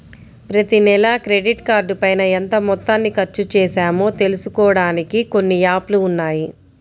ప్రతినెలా క్రెడిట్ కార్డుపైన ఎంత మొత్తాన్ని ఖర్చుచేశామో తెలుసుకోడానికి కొన్ని యాప్ లు ఉన్నాయి